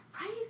Right